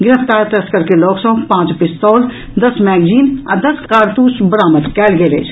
गिरफतार तस्कर के लऽग सँ पांच पिस्तौल दस मैगजीन आ दस कारतूस बरामद कयल गेल अछि